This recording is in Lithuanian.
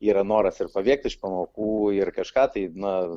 yra noras ir pabėgti iš pamokų ir kažką tai na